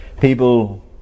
People